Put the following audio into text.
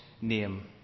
name